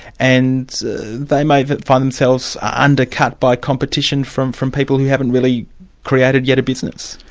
and they may find themselves undercut by competition from from people who haven't really created yet a business.